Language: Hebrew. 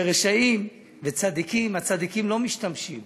שרשעים וצדיקים, הצדיקים לא משתמשים